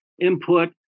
input